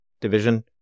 division